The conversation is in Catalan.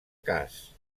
cas